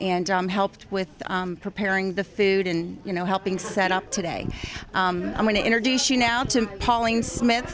and helped with preparing the food and you know helping set up today i'm going to introduce you now to pauline smith